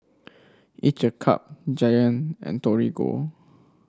each a Cup Giant and Torigo